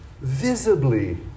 visibly